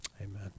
amen